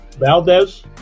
Valdez